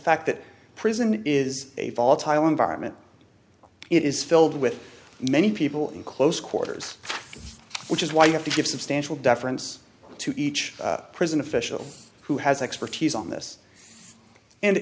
fact that prison is a volatile environment it is filled with many people in close quarters which is why you have to give substantial deference to each prison official who has expertise on this and